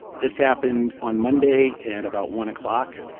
this happened on monday at about one o'clock.